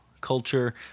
culture